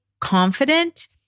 confident